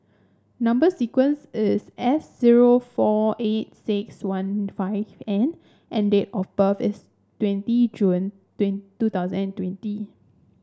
number sequence is S zero four eight six one five N and date of birth is twenty June two thousand and twenty